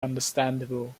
understandable